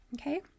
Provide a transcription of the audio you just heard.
okay